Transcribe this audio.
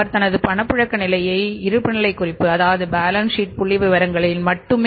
அவர் தனது பணப்புழக்க நிலையை இருப்புநிலை பேலன்ஸ் ஷீட் புள்ளிவிவரங்களின் மட்டுமே